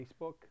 Facebook